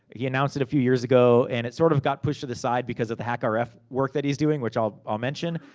he announced it a few years ago, and it sorta sort of got pushed to the side, because of the hackrf work that he's doing, which i'll i'll mention.